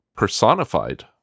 Personified